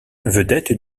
vedette